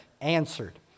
answered